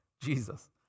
Jesus